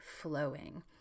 flowing